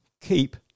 Keep